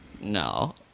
No